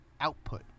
output